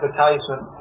advertisement